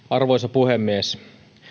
arvoisa puhemies